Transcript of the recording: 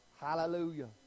hallelujah